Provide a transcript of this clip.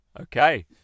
okay